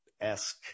esque